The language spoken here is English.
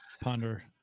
Ponder